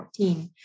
2014